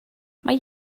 mae